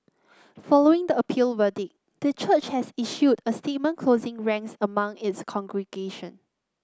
following the appeal verdict the church has issued a statement closing ranks among its congregation